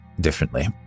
differently